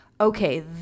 okay